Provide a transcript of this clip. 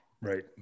Right